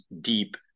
deep